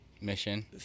mission